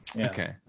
Okay